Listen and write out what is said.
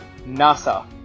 NASA